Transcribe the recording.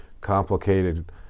complicated